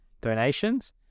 donations